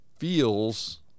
Feels